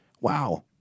Wow